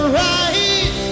right